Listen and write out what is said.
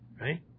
right